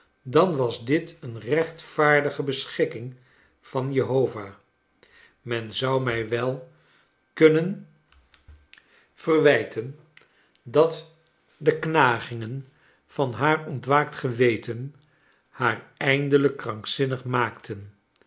dan was dit een rechtvaardige beschikking van jehovah men zou mij wel kunnen vcrcharles dickens wijten dat de knagingen van haar oatwaakt geweten haar eindelijk krankzinnig maakten